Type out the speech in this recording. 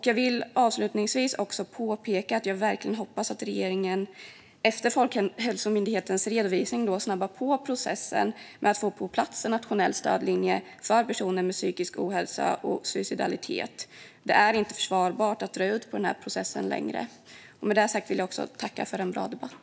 Jag vill avslutningsvis påpeka att jag verkligen hoppas att regeringen, efter Folkhälsomyndighetens redovisning, snabbar på processen med att få på plats en nationell stödlinje för personer med psykisk ohälsa och suicidalitet. Det är inte försvarbart att dra ut på processen längre. Med detta sagt vill jag tacka för en bra debatt.